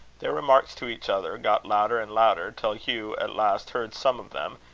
their remarks to each other got louder and louder, till hugh at last heard some of them,